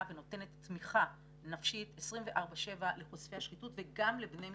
ונותנת תמיכה נפשית 24/7 לחושפי השחיתות וגם לבני משפחותיהם.